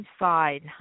inside